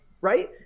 right